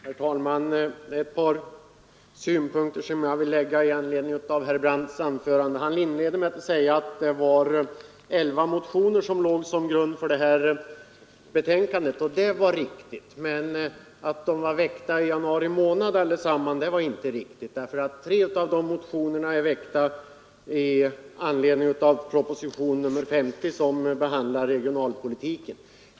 Herr talman! Det är ett par synpunkter som jag vill anföra i anledning av vad herr Brandt sade. Han inledde med att säga att det var elva motioner som låg till grund för detta betänkande, och det var riktigt. Men att de alla hade väckts i januari månad var inte riktigt, eftersom tre av dessa motioner har väckts i anledning av proposition nr 50, som behandlar regionalpolitiken.